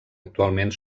actualment